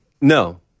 No